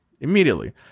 immediately